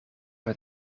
het